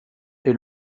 est